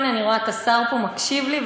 הנה אני רואה את השר פה מקשיב לי,